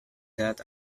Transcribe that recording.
that